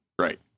right